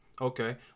Okay